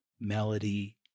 melody